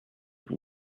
vous